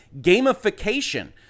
gamification